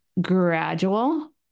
gradual